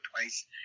twice